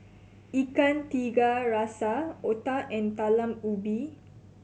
Ikan Tiga Rasa otah and Talam Ubi